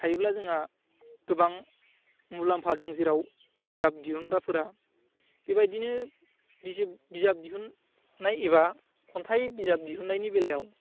थायोब्ला जोंहा गोबां मुलाम्फा दं जेराव बिजाब दिहुनग्राफोरा बेबायदिनो बिजाब बिजाब दिहुनाय एबा खन्थाइ बिजाब दिहुननायनि बेलायाव